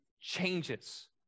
changes